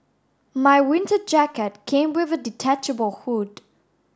my winter jacket came with a detachable hood